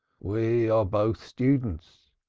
we are both students.